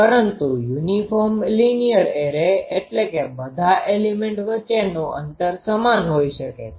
પરંતુ uniform linear array એટલે કે બધા એલીમેન્ટ વચ્ચેનું અંતર સમાન હોઈ છે